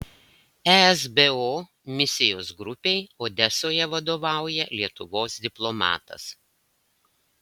esbo misijos grupei odesoje vadovauja lietuvos diplomatas